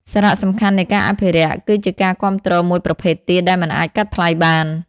សារៈសំខាន់នៃការអភិរក្ស គឺជាការគាំទ្រមួយប្រភេទទៀតដែលមិនអាចកាត់ថ្លៃបាន។